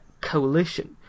coalition